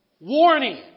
Warning